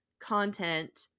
content